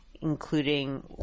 including